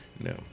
No